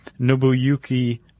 Nobuyuki